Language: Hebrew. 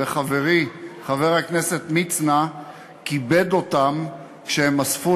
וחברי חבר הכנסת מצנע כיבד אותם כשהם אספו